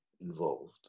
involved